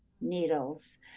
needles